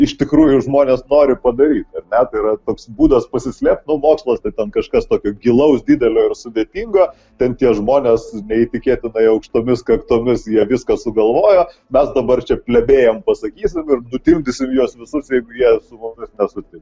iš tikrųjų žmonės nori padaryt ar ne tai yra toks būdas pasislėpt nu mokslas tai ten kažkas tokio gilaus didelio ir sudėtingo ten tie žmonės neįtikėtinai aukštomis kaktomis jie viską sugalvojo mes dabar čia plebėjam pasakysim ir nutildysim juos visus jeigu jie su mumis nesutiks